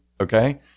okay